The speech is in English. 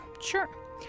Sure